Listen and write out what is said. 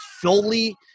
fully